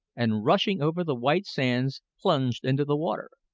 and rushing over the white sands, plunged into the water.